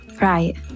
Right